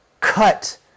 cut